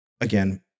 again